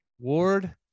Ward